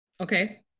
Okay